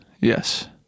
Yes